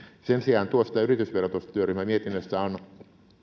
sen sijaan tuosta yritysverotyöryhmän mietinnöstä on